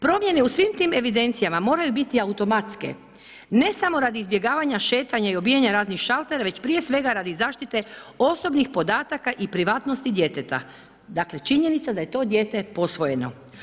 Promjene u svim tim evidencijama moraju biti automatske, ne samo radi izbjegavanja, šetanja i obilaženja raznih šaltera, već prije svega radi zaštite osobnih podataka i privatnosti djeteta, dakle činjenica da je to dijete posvojeno.